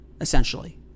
essentially